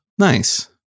nice